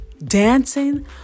Dancing